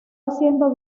haciendo